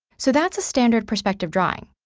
so that's a standard perspective drawing.